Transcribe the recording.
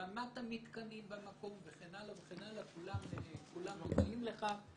רמת המתקנים במקום וכן הלאה, כולם מודעים לכך.